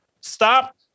Stop